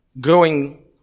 growing